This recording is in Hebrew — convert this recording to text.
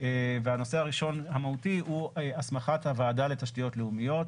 והנושא הראשון המהותי הוא הסמכת הוועדה לתשתיות לאומיות